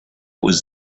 was